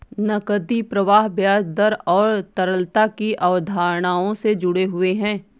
नकदी प्रवाह ब्याज दर और तरलता की अवधारणाओं से जुड़े हुए हैं